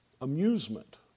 amusement